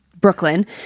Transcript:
Brooklyn